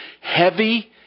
heavy